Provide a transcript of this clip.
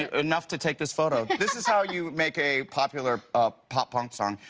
enough to take this photo. this is how you make a popular ah pop punk song.